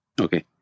Okay